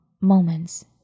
moments